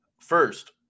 first